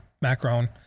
Macron